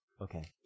Okay